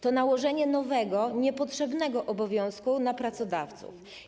To nałożenie nowego, niepotrzebnego obowiązku na pracodawców.